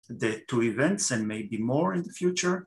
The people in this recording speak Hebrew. ‫לאירועים ואולי יותר מכך בעתיד.